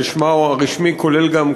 ששמו הרשמי כולל גם,